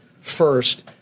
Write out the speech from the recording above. first